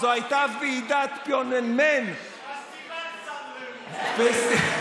זו הייתה ועידת פיונגיאנג, פסטיבל סן רמו.